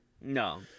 No